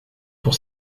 pour